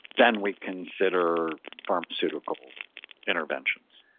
then we consider pharmaceutical interventions